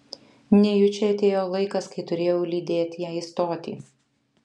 nejučia atėjo laikas kai turėjau lydėt ją į stotį